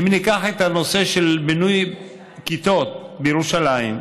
אם ניקח את הנושא של בינוי כיתות בירושלים,